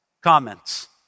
Comments